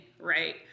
right